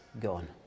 gone